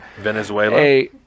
Venezuela